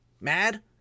mad